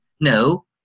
No